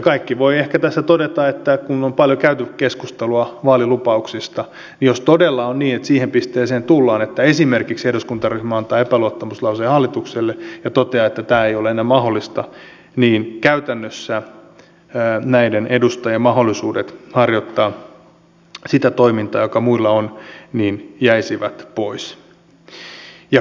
kaikki voivat tässä ehkä todeta että kun on paljon käyty keskustelua vaalilupauksista niin jos todella on niin että siihen pisteeseen tullaan että esimerkiksi eduskuntaryhmä antaa epäluottamuslauseen hallitukselle ja toteaa että tämä ei ole enää mahdollista niin käytännössä näiden edustajien mahdollisuudet harjoittaa sitä toimintaa joka muilla on jäisivät pois